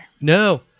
No